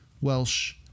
Welsh